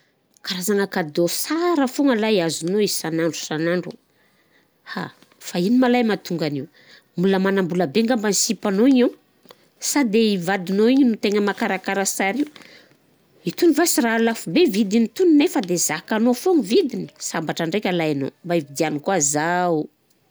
Karazagna kadô sara foana lay azonao isanandro isanandro. Ha, fa ino ma lahy mahatonga an'io? Olona manam-bola be ngamba sipanao igny an? Sa de i vadinao igny no tegna mahakarakara sara? Itony ve sy raha lafo be vidin'itony nefa de zakanao foana i vidiny? Sambatra ndraika lahy anao, mba ividiano koà zaho.